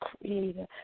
creator